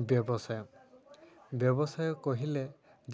ବ୍ୟବସାୟ ବ୍ୟବସାୟ କହିଲେ